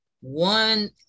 One